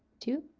two,